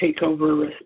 Takeover